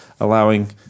allowing